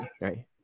right